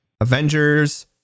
Avengers